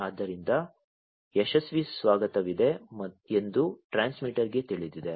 ಆದ್ದರಿಂದ ಯಶಸ್ವಿ ಸ್ವಾಗತವಿದೆ ಎಂದು ಟ್ರಾನ್ಸ್ಮಿಟರ್ಗೆ ತಿಳಿದಿದೆ